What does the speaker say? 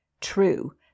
True